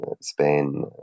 Spain